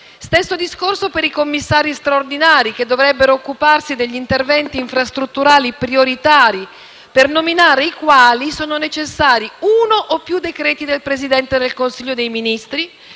Stesso discorso vale per i commissari straordinari, che dovrebbero occuparsi degli interventi infrastrutturali prioritari, per nominare i quali sono necessari uno o più decreti del Presidente del Consiglio dei ministri,